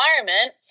environment